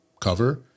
cover